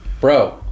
Bro